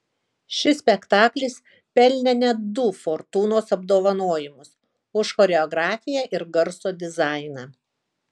šis spektaklis pelnė net du fortūnos apdovanojimus už choreografiją ir garso dizainą